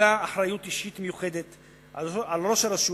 המטילה אחריות אישית מיוחדת על ראש הרשות,